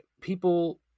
people